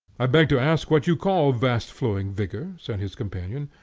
i beg to ask what you call vast-flowing vigor? said his companion.